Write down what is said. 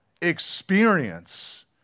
experience